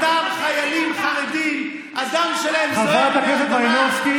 אותם חיילים חרדים, הדם שלהם זועק מהאדמה.